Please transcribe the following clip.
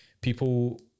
people